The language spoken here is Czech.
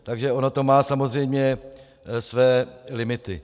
Takže ono to má samozřejmě své limity.